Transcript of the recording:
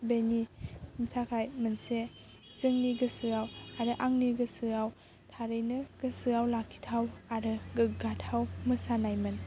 बेनि थाखाय मोनसे जोंनि गोसोयाव आरो आंनि गोसोआव थारैनो गोसोआव लाखिथाव आरो गोग्गाथाव मोसानायमोन